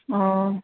অঁ